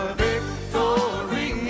victory